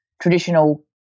traditional